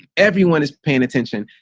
everyone is paying attention.